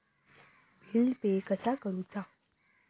Bill pay कसा करुचा?